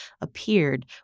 appeared